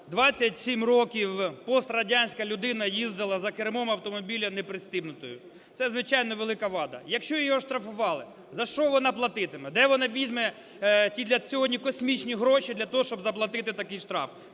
сім років пострадянська людина їздила за кермом автомобіля непристебнутою – це, звичайно, велика вада. Якщо його оштрафували, за що вона платитиме? Де вона візьме ті сьогодні космічні гроші для того, щоб заплатити такий штраф?